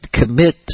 commit